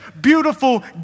beautiful